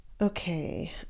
Okay